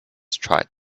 tried